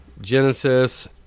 genesis